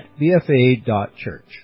bfa.church